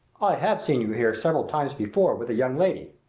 i have seen you here several times before with a young lady.